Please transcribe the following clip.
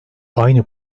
aynı